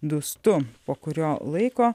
dūstu po kurio laiko